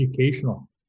Educational